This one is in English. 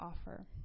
offer